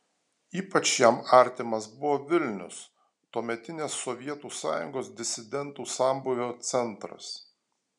ypač jam artimas buvo vilnius tuometinės sovietų sąjungos disidentų sambūvio centras